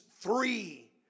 three